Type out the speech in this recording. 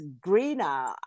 greener